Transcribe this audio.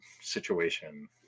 situation